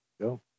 Go